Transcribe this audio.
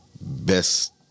best